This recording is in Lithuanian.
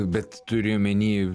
bet turi omeny